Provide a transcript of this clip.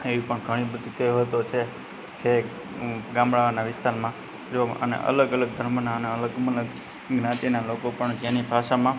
એવી પણ ઘણી બધી કહેવતો છે છેક ગામડાઓનાં વિસ્તારમાં જોવામાં અને અલગ અલગ ગામનાં અને અલગ મલગ જ્ઞાતિના લોકો પણ એની ભાષામાં